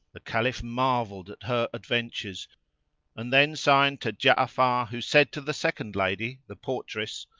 the caliph marvelled at her adventures and then signed to ja'afar who said to the second lady, the portress,